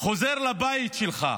אתה חוזר לבית שלך,